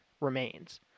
remains